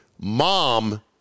Mom